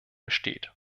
besteht